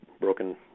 broken